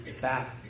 back